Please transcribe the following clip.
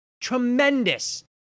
Tremendous